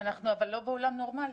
לא בעולם נורמלי.